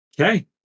Okay